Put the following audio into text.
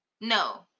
No